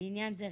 לעניין זה,